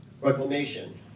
Reclamation